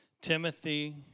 Timothy